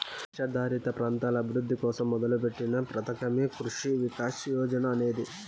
వర్షాధారిత ప్రాంతాల అభివృద్ధి కోసం మొదలుపెట్టిన పథకమే కృషి వికాస్ యోజన అనేది